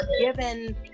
given